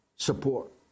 support